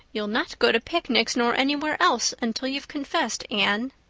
you'll not go to picnics nor anywhere else until you've confessed, anne.